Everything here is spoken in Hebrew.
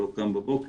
לא קם בבוקר,